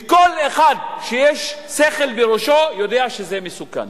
וכל אחד שיש שכל בראשו יודע שזה מסוכן.